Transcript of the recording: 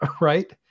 right